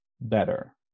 better